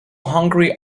hungry